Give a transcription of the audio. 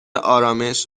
ارامش